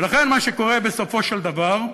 ולכן מה שקורה, בסופו של דבר,